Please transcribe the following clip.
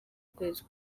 kwezi